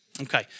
Okay